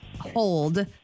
hold